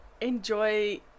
enjoy